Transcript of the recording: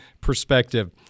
perspective